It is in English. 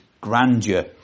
grandeur